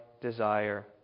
desire